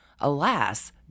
alas